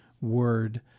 word